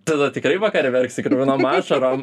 tada tikrai vakare verksi kruvinom ašarom